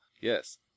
yes